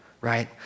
right